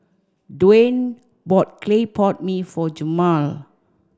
Dwayne bought Clay Pot Mee for Jemal